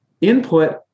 input